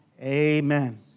Amen